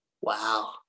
Wow